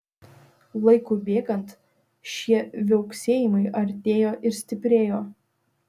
laikui bėgant šie viauksėjimai artėjo ir stiprėjo